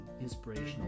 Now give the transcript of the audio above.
inspirational